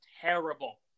terrible